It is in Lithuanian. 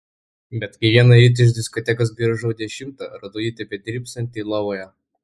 bet kai vieną rytą iš diskotekos grįžau dešimtą radau jį tebedrybsantį lovoje